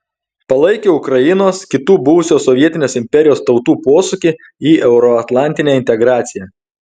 palaikė ukrainos kitų buvusios sovietinės imperijos tautų posūkį į euroatlantinę integraciją